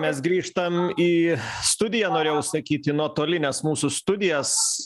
mes grįžtam į studiją norėjau sakyt į nuotolines mūsų studijas